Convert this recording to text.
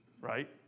right